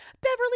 Beverly